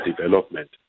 development